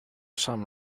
some